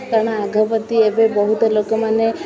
କାରଣ ଆଗ ପ୍ରତି ଏବେ ଲୋକମାନେ